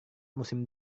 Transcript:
musim